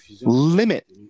limit